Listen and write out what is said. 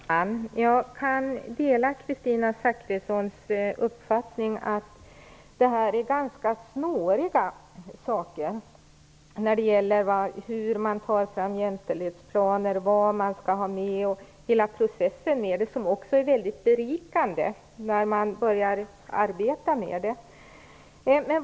Fru talman! Jag kan dela Kristina Zakrissons uppfattning att det är ganska snåriga saker. Det gäller hur man tar fram jämställdhetsplaner och vad man skall ha med. Hela processen är väldigt berikande när man börjar arbeta med den.